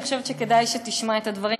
אני חושבת שכדאי שתשמע את הדברים,